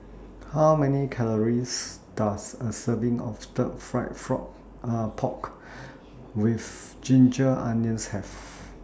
How Many Calories Does A Serving of Stir Fry Frog Pork with Ginger Onions Have